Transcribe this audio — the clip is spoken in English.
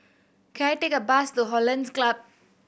can I take a bus to Hollandse Club